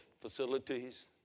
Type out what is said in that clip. facilities